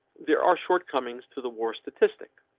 there are shortcomings to the war statistic.